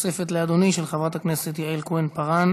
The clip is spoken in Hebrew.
שאילתה נוספת לאדוני, של חברת הכנסת יעל כהן-פארן: